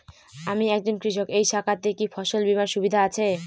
আমি একজন কৃষক এই শাখাতে কি ফসল বীমার সুবিধা আছে?